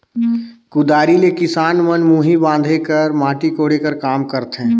कुदारी ले किसान मन मुही बांधे कर, माटी कोड़े कर काम करथे